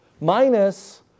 minus